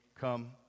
come